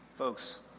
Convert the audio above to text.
Folks